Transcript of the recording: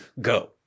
Go